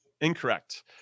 incorrect